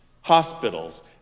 hospitals